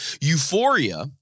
euphoria